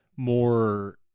More